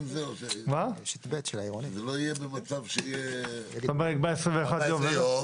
יהיה מצב שזה יהיה 14 יום,